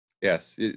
Yes